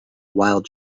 wild